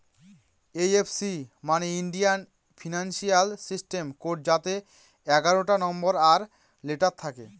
IFC মানে Indian financial system code যাতে এগারোটা নম্বর আর লেটার থাকে